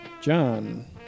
John